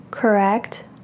Correct